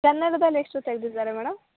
ಕನ್ನಡ್ದಲ್ಲಿ ಎಷ್ಟು ತೆಗ್ದಿದ್ದಾರೆ ಮೇಡಮ್